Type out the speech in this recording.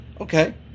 okay